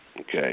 Okay